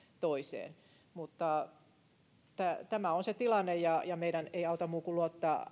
toiseen tämä tämä on se tilanne ja ja meidän ei auta muu kuin luottaa